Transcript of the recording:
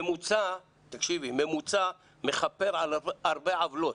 ממוצע מכפר על הרבה עוולות.